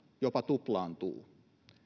jopa tuplaantuu